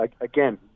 again